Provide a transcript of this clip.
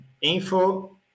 info